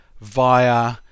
via